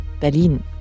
Berlin